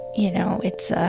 you know, it's a